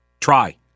Try